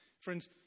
Friends